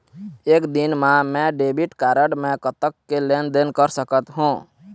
एक दिन मा मैं डेबिट कारड मे कतक के लेन देन कर सकत हो?